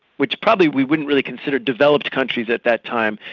which probably we wouldn't really consider developed countries at that time,